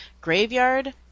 graveyard